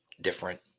different